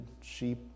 sheep